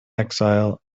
exile